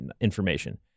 information